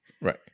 Right